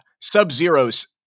Sub-Zero's